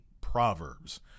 Proverbs